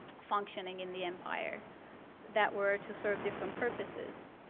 functioning in the empire that were to sort of different purposes.